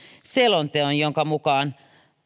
selonteon jonka mukaan